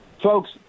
Folks